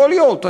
יכול להיות,